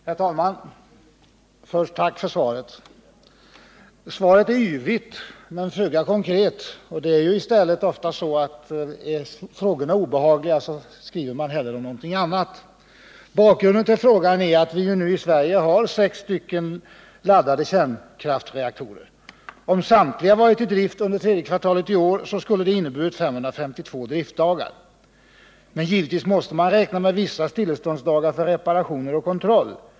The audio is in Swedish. Herr talman! Först ett tack för svaret. Svaret är yvigt men föga konkret. Är frågorna obehagliga skriver man ofta hellre om någonting annat. Bakgrunden till frågan är att Sverige nu har sex laddade kärnkraftsreaktorer. Om samtliga hade varit i drift under tredje kvartalet i år, skulle det ha inneburit 552 driftdagar. Givetvis måste man räkna med vissa stilleståndsdagar för reparationer och kontroll.